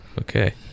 Okay